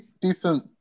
decent